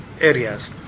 areas